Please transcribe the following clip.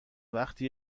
وقتی